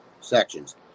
sections